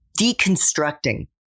deconstructing